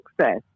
success